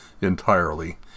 entirely